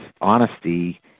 honesty